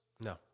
No